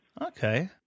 Okay